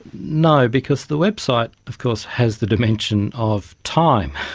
no, because the website of course has the dimension of time.